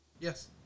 Yes